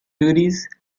duties